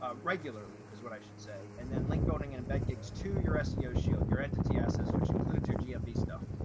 ah regularly is what i should say and then link building and embed gigs to your seo shield your entity assets, which includes your gmb stuff.